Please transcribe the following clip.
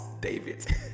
David